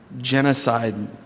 genocide